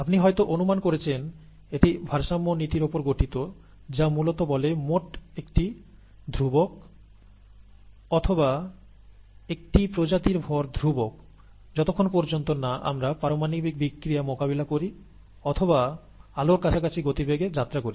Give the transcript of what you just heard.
আপনি হয়তো অনুমান করেছেন এটি ভারসাম্য নীতির উপর গঠিত যা মূলত বলে মোট একটি ধ্রুবক অথবা একটি প্রজাতির ভর ধ্রুবক যতক্ষণ পর্যন্ত না আমরা পারমাণবিক বিক্রিয়া মোকাবিলা করি অথবা আলোর কাছাকাছি গতিবেগে যাত্রা করি